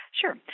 Sure